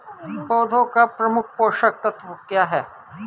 पौधे का मुख्य पोषक तत्व क्या हैं?